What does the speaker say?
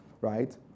right